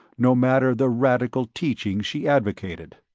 no matter the radical teachings she advocated.